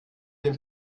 den